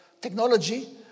technology